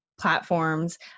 platforms